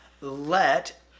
let